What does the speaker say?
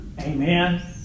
Amen